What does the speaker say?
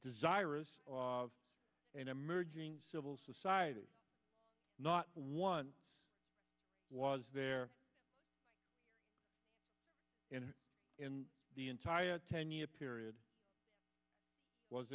desirous of an emerging civil society not one was there and in the entire ten year period was